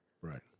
Right